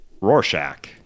Rorschach